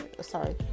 sorry